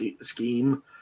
scheme